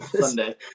Sunday